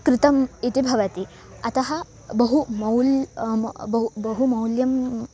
कृतम् इति भवति अतः बहू मौल्यं मम बहु बहु मौल्यं